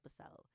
episode